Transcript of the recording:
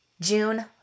June